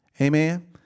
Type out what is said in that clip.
Amen